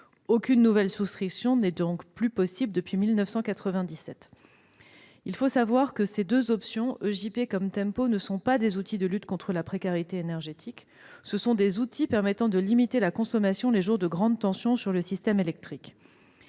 Aucune nouvelle souscription n'est donc plus possible depuis 1997. Il faut savoir que ces deux options, EJP comme Tempo, ne sont pas des outils de lutte contre la précarité énergétique. Ce sont des outils permettant de limiter la consommation les jours de grande tension sur le système électrique.